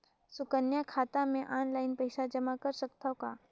सुकन्या खाता मे ऑनलाइन पईसा जमा कर सकथव का?